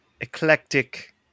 eclectic